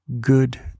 good